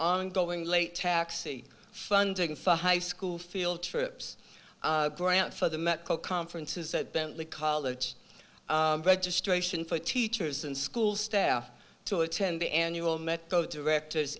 ongoing late taxi funding for high school field trips grant for the medical conferences that bentley college registration for teachers and school staff to attend the annual met the directors